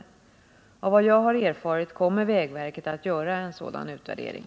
Enligt vad jag har erfarit kommer vägverket att göra en sådan utvärdering.